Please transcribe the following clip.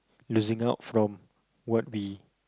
losing out from what we